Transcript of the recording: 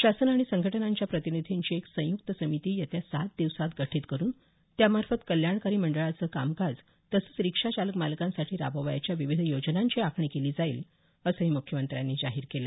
शासन आणि संघटनांच्या प्रतिनिधींची एक संयुक्त समिती येत्या सात दिवसात गठीत करुन त्यामार्फत कल्याणकारी मंडळाचं कामकाज तसंच रिक्षा चालक मालकांसाठी राबवावयाच्या विविध योजनांची आखणी केली जाईल असंही मुख्यमंत्र्यांनी जाहीर केलं